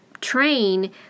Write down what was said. train